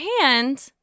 hand